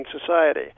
society